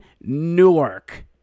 Newark